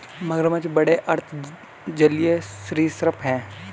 मगरमच्छ बड़े अर्ध जलीय सरीसृप हैं